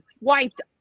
wiped